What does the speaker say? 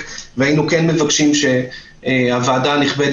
אולי תתקנו אותי אם אני טועה לכאורה האימות